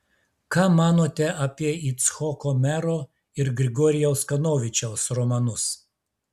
ką manote apie icchoko mero ir grigorijaus kanovičiaus romanus